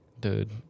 dude